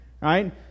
right